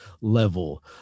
level